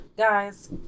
Guys